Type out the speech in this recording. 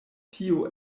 tio